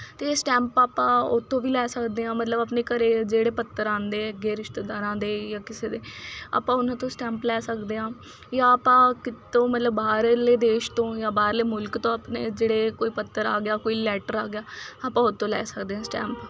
ਅਤੇ ਇਹ ਸਟੈਂਪ ਆਪਾਂ ਉਹ ਤੋਂ ਵੀ ਲੈ ਸਕਦੇ ਹਾਂ ਮਤਲਬ ਆਪਣੇ ਘਰ ਜਿਹੜੇ ਪੱਤਰ ਆਉਂਦੇ ਅੱਗੇ ਰਿਸ਼ਤੇਦਾਰਾਂ ਦੇ ਜਾਂ ਕਿਸੇ ਦੇ ਆਪਾਂ ਉਹਨਾਂ ਤੋਂ ਸਟੈਂਪ ਲੈ ਸਕਦੇ ਹਾਂ ਜਾਂ ਆਪਾਂ ਕਿਤੋਂ ਮਤਲਬ ਬਾਹਰਲੇ ਦੇਸ਼ ਤੋਂ ਜਾਂ ਬਾਹਰਲੇ ਮੁਲਕ ਤੋਂ ਆਪਣੇ ਜਿਹੜੇ ਕੋਈ ਪੱਤਰ ਆ ਗਿਆ ਕੋਈ ਲੈਟਰ ਆ ਗਿਆ ਆਪਾਂ ਉਹ ਤੋਂ ਲੈ ਸਕਦੇ ਹਾਂ ਸਟੈਂਪ